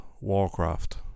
Warcraft